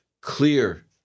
clear